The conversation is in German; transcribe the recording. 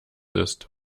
ist